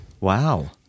Wow